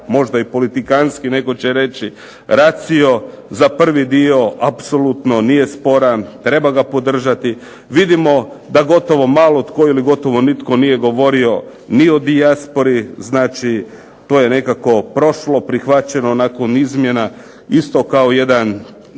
možda i politikanski netko će reći racio za prvi dio nije sporan, treba ga podržati. Vidimo da gotovo malo tko ili nitko nije govorio ni o dijaspori, znači to je nekako prošlo prihvaćeno nakon izmjena isto kao jedan